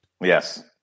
Yes